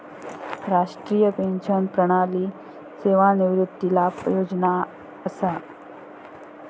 राष्ट्रीय पेंशन प्रणाली सेवानिवृत्ती लाभ योजना असा